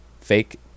fake